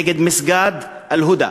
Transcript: נגד מסגד "אלהודא",